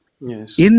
Yes